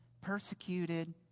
persecuted